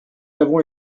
avons